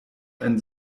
ein